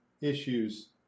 issues